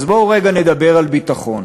אז בואו רגע נדבר על ביטחון,